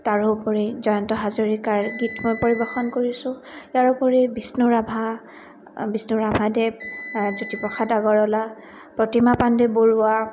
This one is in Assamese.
তাৰোপৰি জয়ন্ত হাজৰিকাৰ গীত মই পৰিৱেশন কৰিছোঁ ইয়াৰোপৰি বিষ্ণু ৰাভা বিষ্ণু ৰাভাদেৱ জ্যোতিপ্ৰসাদ আগৰৱলা প্ৰতিমা পাণ্ডে বৰুৱা